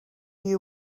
you